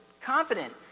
confident